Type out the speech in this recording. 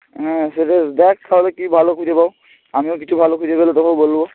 হ্যাঁ সেটাই দেখ তাহলে কী ভালো খুঁজে পাস আমিও কিছু ভালো খুঁজে পেলে তোকেও বলব